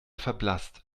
verblasst